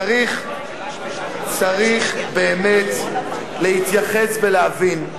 צריך באמת להתייחס ולהבין,